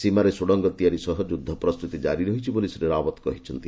ସୀମାରେ ସୁଡଙ୍ଗ ତିଆରି ସହ ଯୁଦ୍ଧ ପ୍ରସ୍ତୁତି କାରି ରହିଛି ବୋଲି ଶ୍ରୀ ରାଓ୍ୱତ କହିଛନ୍ତି